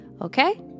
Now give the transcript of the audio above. Okay